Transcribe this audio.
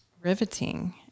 riveting